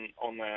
on